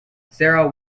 sarah